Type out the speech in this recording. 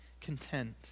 content